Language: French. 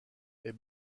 est